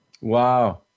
Wow